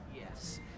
Yes